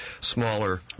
smaller